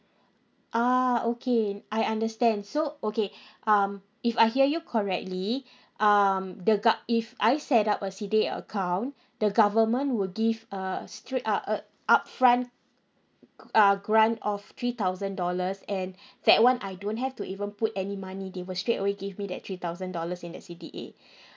ah okay I understand so okay um if I hear you correctly um the go~ if I set up a C_D_A account the government will give uh straight up uh up front uh grant of three thousand dollars and that one I don't have to even put any money they will straight away give me that three thousand dollars in that C_D_A